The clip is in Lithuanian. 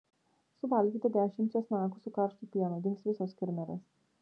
suvalgykite dešimt česnakų su karštu pienu dings visos kirmėlės